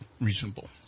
reasonable